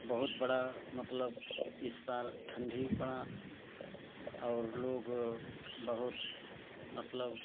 बहुत बड़ा मतलब इस साल ठंडी पड़ा और लोग बहुत मतलब